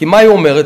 כי מה היא אומרת?